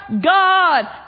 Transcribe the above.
God